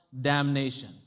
damnation